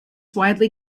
widely